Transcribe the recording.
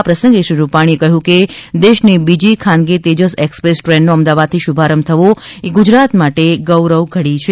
આ પ્રસંગે શ્રી રૂપાણીએ કહયું કે દેશની બીજી ખાનગી તેજસ એક્સપ્રેસ ટ્રેનનો અમદાવાદ થી શુભારંભ થવો એ ગુજરાત માટે ગૌરવ ઘડી છે